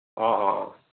অ' অ' অ'